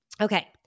Okay